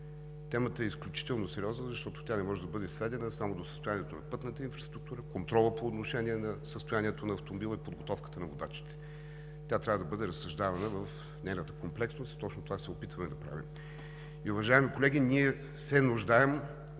Темата е изключително сериозна, защото тя не може да бъде сведена само до състоянието на пътната инфраструктура, контрола по отношение на състоянието на автомобила и подготовката на водачите. Тя трябва да бъде разсъждавана в нейната комплексност и точно това се опитваме да правим. И, уважаеми колеги, ние се нуждаем